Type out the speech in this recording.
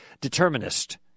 determinist